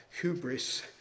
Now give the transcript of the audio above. hubris